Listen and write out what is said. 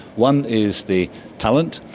one is the talent,